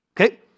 Okay